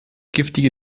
giftige